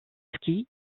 ski